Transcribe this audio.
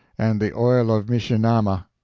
and the oil of mishe-nama.